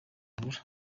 abura